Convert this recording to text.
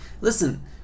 listen